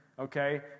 Okay